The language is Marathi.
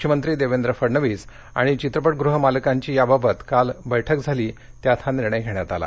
मुख्यमंत्री देवेंद्र फडणंवीस आणि चित्रपटगृह मालकांची याबाबत काल यासंदर्भात बैठक झाली त्यानंतर हा निर्णय घेण्यात आला